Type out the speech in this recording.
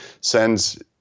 sends